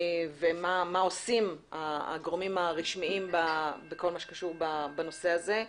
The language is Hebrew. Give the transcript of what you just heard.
ומה עושים הגורמים הרשמיים בכל מה שקשור בנושא הזה.